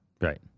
Right